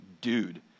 dude